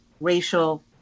racial